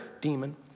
demon